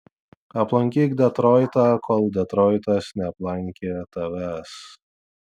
aplankyk detroitą kol detroitas neaplankė tavęs